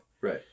Right